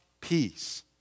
peace